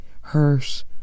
hurt